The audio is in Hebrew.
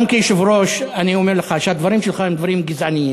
גם כיושב-ראש אני אומר לך שהדברים שלך הם דברים גזעניים,